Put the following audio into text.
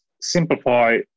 simplify